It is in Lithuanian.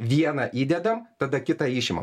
vieną įdedam tada kitą išima